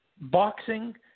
boxing